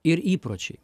ir įpročiai